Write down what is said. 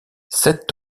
sept